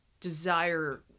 desire